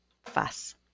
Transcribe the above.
Fuss